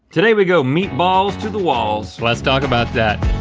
today we go meatballs to the balls. let's talk about that.